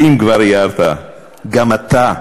אם מדברים על שקיפות,